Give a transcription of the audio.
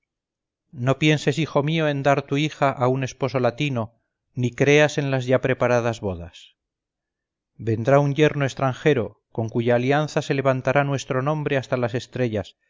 no pienses hijo mío en dar tu hija a un esposo latino ni creas en las ya preparadas bodas vendrá un yerno extranjero con cuya alianza se levantará nuestro nombre hasta las estrellas